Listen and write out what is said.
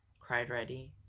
cried reddy.